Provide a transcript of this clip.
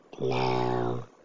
now